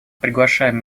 приглашаем